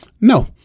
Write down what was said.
No